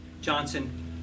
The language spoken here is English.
Johnson